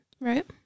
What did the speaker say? Right